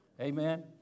Amen